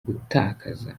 gutakaza